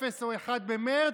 אפס או אחד במרץ.